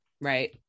Right